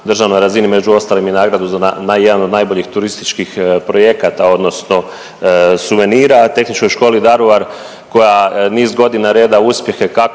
državnoj razini, među ostalim i nagradu za jedan od najboljih turističkih projekata odnosno suvenira, Tehničkoj školi Daruvar koja niz godina reda uspjehe kako